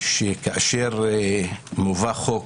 שכאשר מובא חוק,